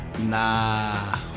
Nah